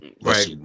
Right